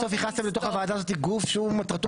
בסוף הכנסתם לתוך הוועדה הזאת גוף שמטרתו